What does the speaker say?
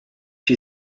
she